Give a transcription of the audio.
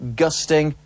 gusting